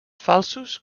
falsos